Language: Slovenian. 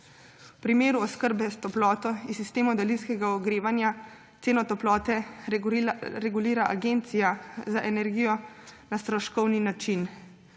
V primeru oskrbe s toploto iz sistemov daljinskega ogrevanja ceno toplote regulira Agencija za energijo na stroškovni način.